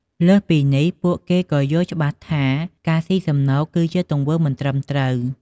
លើសពីនេះ ពួកគេក៏យល់ច្បាស់ថា ការស៊ីសំណូកគឺជាទង្វើមិនត្រឹមត្រូវ។